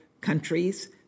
countries